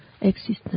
existence